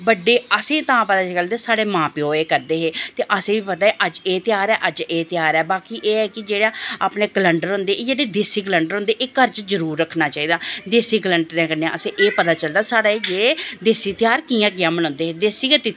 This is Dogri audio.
बड्डे असेंगी तां पता चलदा साढ़े मां प्यो एह् करदे हे ते असेंगी पता ऐ अज्ज एह् ध्योहार ऐ अज्ज एह् ध्योहार ऐ बाकी एह् ऐ कि जेह्ड़े कलंडर होंदे अपने देस्सी कलैंडर होंदा एह् घर च जरूरी रक्खना चाही दा देस्सी कलैंडरैं कन्नै असेंगी पता चलदा देस्सी ध्योहार कियां कियां बनांदे हे देस्सी गै तिथियां